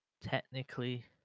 technically